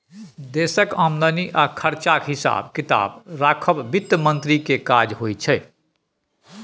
देशक आमदनी आ खरचाक हिसाब किताब राखब बित्त मंत्री केर काज होइ छै